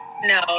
No